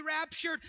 raptured